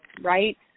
right